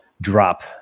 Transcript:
drop